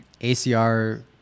ACR